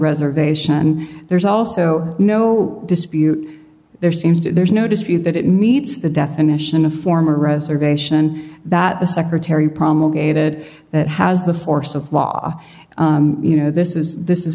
reservation and there's also no dispute there seems to there's no dispute that it meets the definition of former reservation that the secretary promulgated that has the force of law you know this is this is